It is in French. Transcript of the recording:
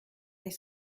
est